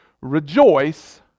Rejoice